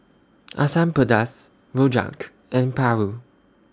Asam Pedas Rojak and Paru